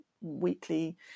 weekly